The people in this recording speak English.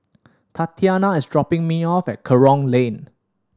Tatiana is dropping me off at Kerong Lane